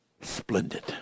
splendid